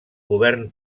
govern